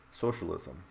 socialism